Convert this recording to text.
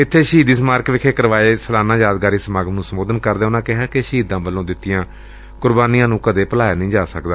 ਇਥੇ ਸ਼ਹੀਦੀ ਸਮਾਰਕ ਵਿਖੇ ਕਰਵਾਏ ਗਏ ਸਲਾਨਾ ਯਾਦਗਾਰੀ ਸਮਾਗਮ ਨੂੰ ਸਬੋਧਨ ਕਰਦਿਆ ਉਨਾਂ ਕਿਹਾ ਕਿ ਸ਼ਹੀਦਾਂ ਵੱਲੋਂ ਦਿੱਤੀਆਂ ਗਈਆਂ ਕੁਰਬਾਨੀਆਂ ਨੁੰ ਕਦੇ ਵੀ ਭੁਲਾਇਆ ਨਹੀਂ ਜਾ ਸਕਦਾ